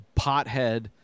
pothead